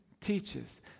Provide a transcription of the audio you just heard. teaches